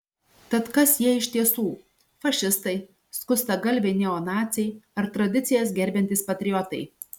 tad kas jie iš tiesų fašistai skustagalviai neonaciai ar tradicijas gerbiantys patriotai